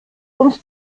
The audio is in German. uns